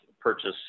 purchase